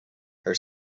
her